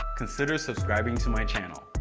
consider subscribing to my channel.